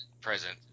present